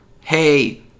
hey